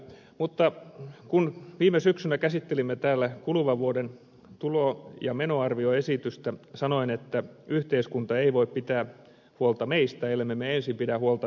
mutta kun viime syksynä käsittelimme täällä kuluvan vuoden tulo ja menoarvioesitystä sanoin että yhteiskunta ei voi pitää huolta meistä ellemme me ensin pidä huolta yhteiskunnasta